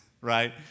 right